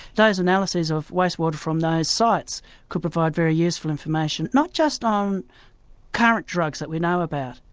those analyses of wastewater from those sites could provide very useful information, not just on current drugs that we know about,